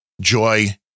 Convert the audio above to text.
Joy